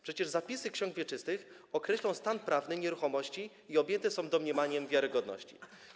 Przecież zapisy ksiąg wieczystych określą stan prawny nieruchomości i objęte są domniemaniem wiarygodności.